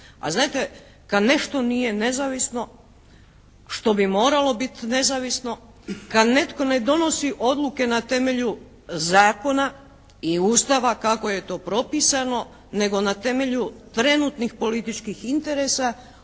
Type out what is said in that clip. A znate, kad nešto nije nezavisno što bi moralo biti nezavisno, kad netko ne donosi odluke na temelju zakona i Ustava kako je to propisano nego na temelju trenutnih političkih interesa